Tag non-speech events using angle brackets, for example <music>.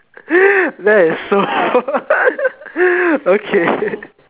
<breath> that is so <laughs> okay